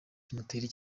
kimpoteri